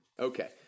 Okay